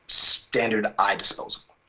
standard idisposable.